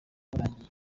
burangiye